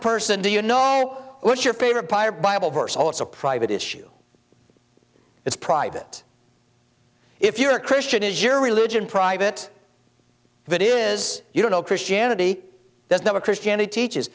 person do you know what your favorite pie or bible verse oh it's a private issue it's private if you're a christian is your religion private that is you don't know christianity doesn't have a christianity teaches